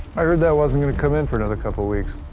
i heard that wasn't gonna come in for another couple weeks.